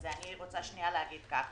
אני רוצה להגיד שכל